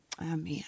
Amen